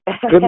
Good